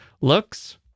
looks